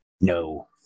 No